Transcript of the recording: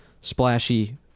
splashy –